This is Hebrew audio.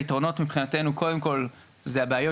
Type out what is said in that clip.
היתרונות מבחינתנו קודם כל אלו הבעיות